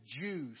Jews